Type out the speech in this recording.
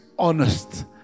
honest